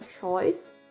choice